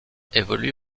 évolue